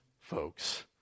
folks